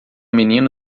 menino